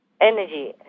energy